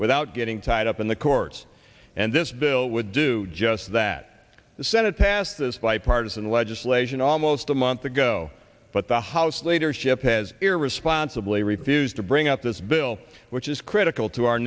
without getting tied up in the courts and this bill would do just that the senate passed this bipartisan legislation almost a month ago but the house leadership has irresponsibly refused to bring up this bill which is critical to our